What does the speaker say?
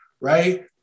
right